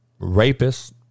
rapists